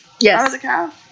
Yes